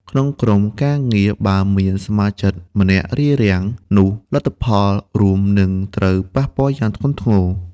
ក្នុងក្រុមការងារ បើមានសមាជិកម្នាក់រារាំង នោះលទ្ធផលរួមនឹងត្រូវប៉ះពាល់យ៉ាងធ្ងន់ធ្ងរ។